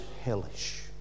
hellish